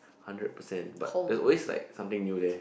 hundred percent but there is always like something new there